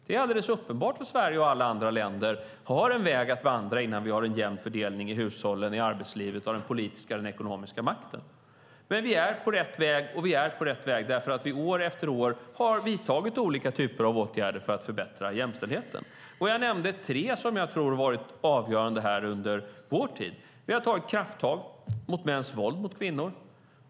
Det är alldeles uppenbart att Sverige och alla andra länder har en väg att vandra innan vi har en jämn fördelning i hushållen, i arbetslivet och när det gäller den politiska och den ekonomiska makten. Men vi är på rätt väg därför att vi år efter år har vidtagit olika typer av åtgärder för att förbättra jämställdheten. Jag nämnde tre som jag tror har varit avgörande under vår tid. Vi har tagit krafttag mot mäns våld mot kvinnor.